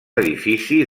edifici